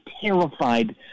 terrified